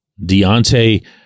Deontay